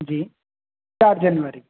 જી ચાર જાન્યુઆરી